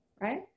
right